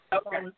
Okay